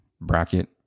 bracket